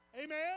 Amen